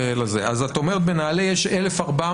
אז את אומרת שבנעל"ה יש 1,400?